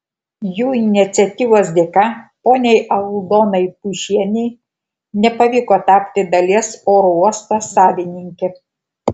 jų iniciatyvos dėka poniai aldonai puišienei nepavyko tapti dalies oro uosto savininke